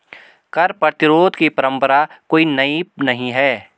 कर प्रतिरोध की परंपरा कोई नई नहीं है